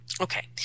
Okay